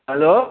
hello